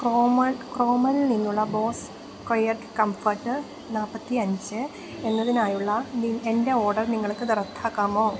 ക്രോമിൽ നിന്നുള്ള Bose quiet comfort നാല്പ്പത്തിയഞ്ച് എന്നതിനായുള്ള എൻ്റെ ഓർഡർ നിങ്ങൾക്ക് റദ്ദാക്കാമോ